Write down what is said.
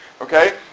Okay